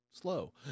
slow